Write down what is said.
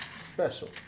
Special